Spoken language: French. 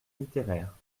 littéraire